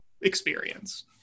experience